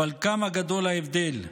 אבל כמה גדול ההבדל,